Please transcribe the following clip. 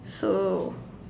so